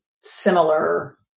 similar